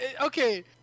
Okay